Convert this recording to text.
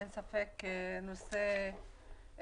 אין ספק שזה נושא גדול,